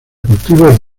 cultivos